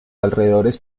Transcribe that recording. alrededores